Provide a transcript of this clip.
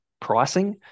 pricing